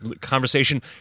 conversation